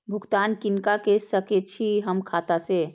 भुगतान किनका के सकै छी हम खाता से?